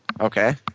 Okay